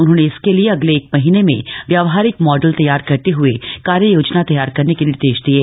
उन्होंने इसके लिए अगले एक महीने में व्यावहारिक मॉडल तैयार करते हए कार्ययोजना तैयार करने के निर्देश दिये